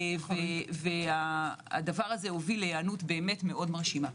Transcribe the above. זה הוביל להיענות מאוד מרשימה.